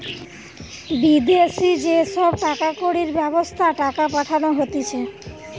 বিদেশি যে সব টাকা কড়ির ব্যবস্থা টাকা পাঠানো হতিছে